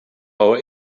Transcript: our